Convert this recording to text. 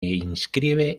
inscribe